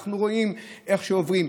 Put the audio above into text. אנחנו רואים איך עוברים,